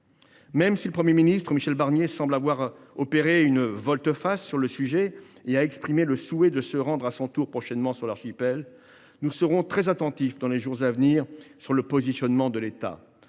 ! Si le Premier ministre Michel Barnier semble avoir opéré une volte face sur le sujet et s’il a exprimé le souhait de se rendre à son tour prochainement sur l’archipel, nous serons très attentifs au positionnement de l’État